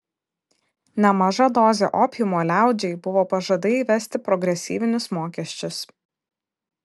nemaža dozė opiumo liaudžiai buvo pažadai įvesti progresyvinius mokesčius